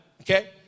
okay